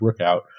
Rookout